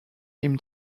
him